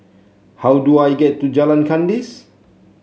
how do I get to Jalan Kandis